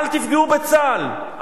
אל תפגעו בצה"ל,